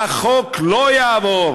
"החוק לא יעבור